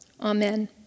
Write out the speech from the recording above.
Amen